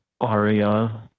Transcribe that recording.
Aria